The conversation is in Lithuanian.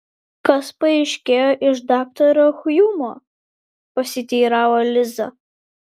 kas paaiškėjo iš daktaro hjumo pasiteiravo liza